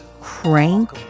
crank